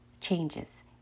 changes